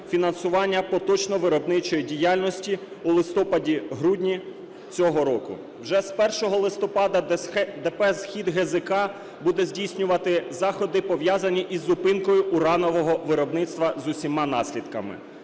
фінансування поточної виробничої діяльності у листопаді-грудні цього року. Вже з 1 листопада ДП "СхідГЗК" буде здійснювати заходи, пов'язані із зупинкою уранового виробництва з усіма наслідками.